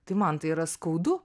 tai man tai yra skaudu